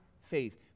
faith